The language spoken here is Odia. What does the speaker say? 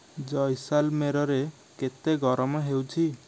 ଜୈସାଲମେରରେ କେତେ ଗରମ ହେଉଛି